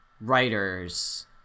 writers